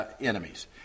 enemies